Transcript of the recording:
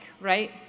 right